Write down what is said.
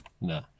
No